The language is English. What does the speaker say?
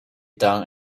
done